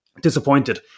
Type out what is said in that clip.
disappointed